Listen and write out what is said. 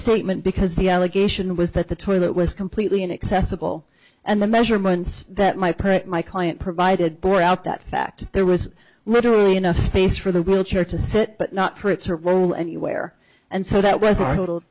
statement because the allegation was that the toilet was completely inaccessible and the measurements that my put my client provided boy out that fact there was literally enough space for the wheelchair to sit but not for it to roll anywhere and so that was